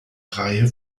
reihe